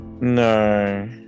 no